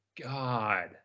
God